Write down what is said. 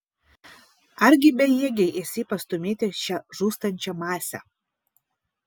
argi bejėgė esi pastūmėti šią žūstančią masę